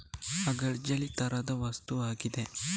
agar jelly ತರಹದ ವಸ್ತುವಾಗಿದೆ